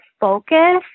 focus